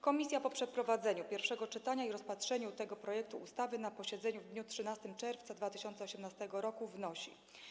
Komisja po przeprowadzeniu pierwszego czytania i rozpatrzeniu tego projektu ustawy na posiedzeniu w dniu 13 czerwca 2018 r. wnosi: